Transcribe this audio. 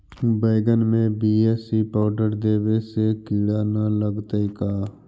बैगन में BAC powder देबे से किड़ा न लगतै का?